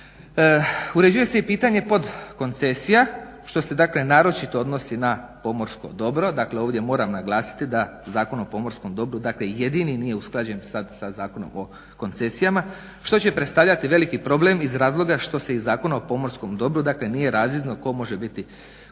Uređuje se i pitanje podkoncesija što se dakle naročito odnosi na pomorsko dobro. Dakle, ovdje moram naglasiti da Zakon o pomorskom dobru dakle jedini nije usklađen sa Zakonom o koncesijama što će predstavljati veliki problem iz razloga što se iz Zakona o pomorskom dobru, dakle nije razvidno tko može dobiti koncesiju